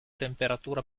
temperatura